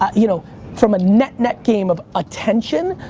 um you know from a net-net game of attention,